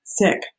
sick